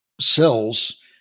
cells